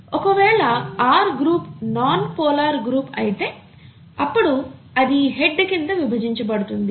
ఒకవేళ R group non polar group అయితే అప్పుడు అది ఈ హెడ్ కింద విభజించబడుతుంది